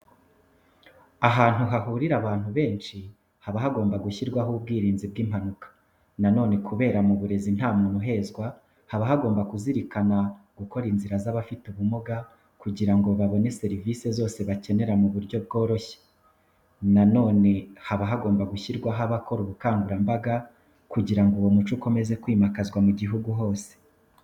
Ahantu hahurira abantu benshi haba hagomba gushyirwaho ubwirinzi bw'impanuka. Na none kubera mu burezi ntamuntu uhezwa, baba bagomba kuzirikana gukora inzira z'abafite ubumuga kugira ngo babone serivisi zose bakenera mu buryo bworoshye. Na none haba hagomba gushyirwaho abakora ubukangurambaga kugira ngo uwo muco ukomeze kwimakazwa mu igihugu hose.